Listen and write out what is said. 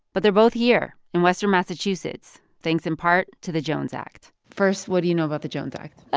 but they're both here in western massachusetts, thanks in part to the jones act first, what do you know about the jones act?